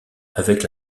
avec